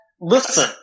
listen